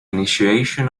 initiation